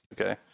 okay